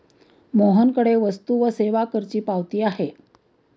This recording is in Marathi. मोहनकडे वस्तू व सेवा करची पावती आहे